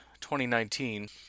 2019